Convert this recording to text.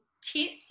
tips